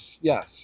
yes